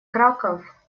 краков